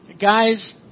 guys